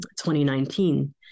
2019